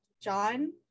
john